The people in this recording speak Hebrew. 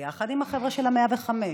ביחד עם החבר'ה של 105,